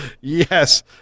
Yes